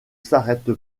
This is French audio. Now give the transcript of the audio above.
s’arrête